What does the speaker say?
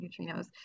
neutrinos